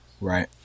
Right